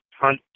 hunt